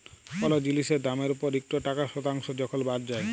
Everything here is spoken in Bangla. কল জিলিসের দামের উপর ইকট টাকা শতাংস যখল বাদ যায়